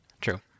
True